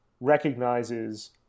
recognizes